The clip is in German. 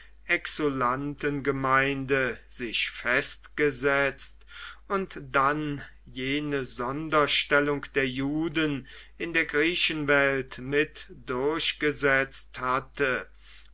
rückkehrenden exulantengemeinde sich festgesetzt und dann jene sonderstellung der juden in der griechenwelt mit durchgesetzt hatte